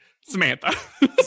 samantha